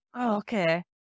Okay